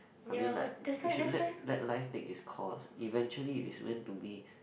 I mean like we should let let life take its course eventually if it's meant to be